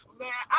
man